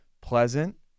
pleasant